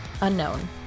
unknown